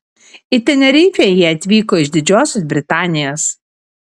į tenerifę jie atvyko iš didžiosios britanijos